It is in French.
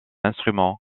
instrument